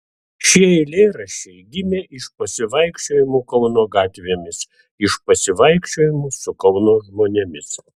šie eilėraščiai gimė iš pasivaikščiojimų kauno gatvėmis iš pasivaikščiojimų su kauno žmonėmis